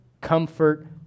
comfort